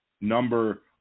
number